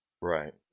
Right